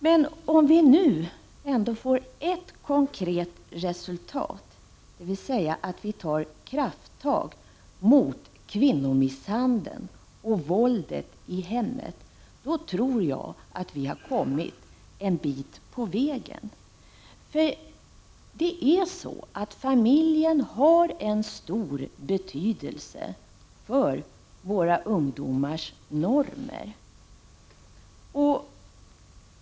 Men om vi nu ändå får ett konkret resultat, dvs. att vi tar krafttag mot kvinnomisshandeln och våldet i hemmen, då tror jag att vi har kommit en bit på väg. Det är så att familjen har stor betydelse för — Prot. 1989/90:26 våra ungdomars normer.